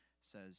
says